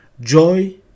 Joy